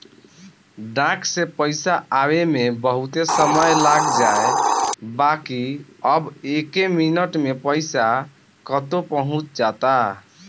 डाक से पईसा आवे में बहुते समय लाग जाए बाकि अब एके मिनट में पईसा कतो पहुंच जाता